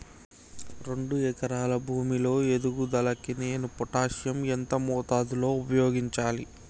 రెండు ఎకరాల భూమి లో ఎదుగుదలకి నేను పొటాషియం ఎంత మోతాదు లో ఉపయోగించాలి?